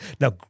Now